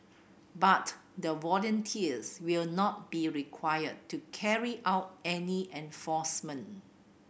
but the volunteers will not be required to carry out any enforcement